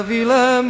Vila